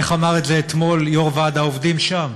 איך אמר את זה אתמול יו"ר ועד העובדים שם?